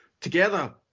together